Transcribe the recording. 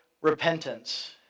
Repentance